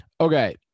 Okay